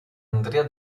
andrea